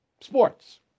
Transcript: Sports